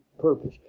purpose